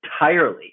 entirely